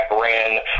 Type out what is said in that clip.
ran